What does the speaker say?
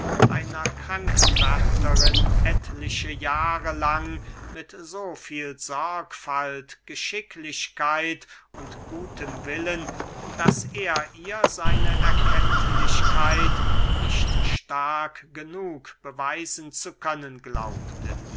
einer krankenwärterin etliche jahre lang mit so viel sorgfalt geschicklichkeit und gutem willen daß er ihr seine erkenntlichkeit nicht stark genug beweisen zu können glaubte